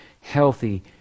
healthy